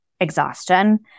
exhaustion